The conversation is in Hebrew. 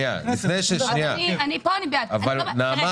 לפני